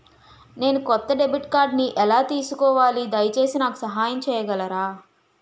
నేను కొత్త డెబిట్ కార్డ్ని ఎలా తీసుకోవాలి, దయచేసి నాకు సహాయం చేయగలరా?